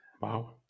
Wow